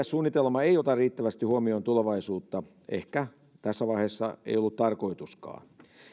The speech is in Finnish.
suunnitelma ei ota riittävästi huomioon tulevaisuutta ehkä tässä vaiheessa ei ollut tarkoituskaan